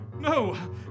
No